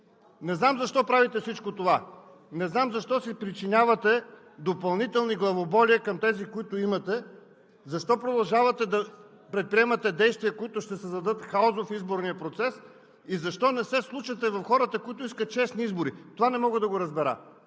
Не знам защо правите всичко това?! Не знам защо си причинявате допълнителни главоболия към тези, които имате? Защо продължавате да предприемате действия, които ще създадат хаос в изборния процес? Защо не се вслушате в хората, които искат честни избори? Това не мога да разбера